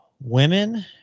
Women